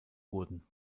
wurden